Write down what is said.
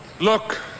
Look